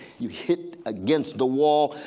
you hit against the wall.